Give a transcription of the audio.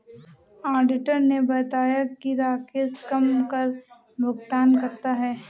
auditor ने बताया कि राकेश कम कर भुगतान करता है